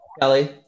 Kelly